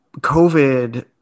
COVID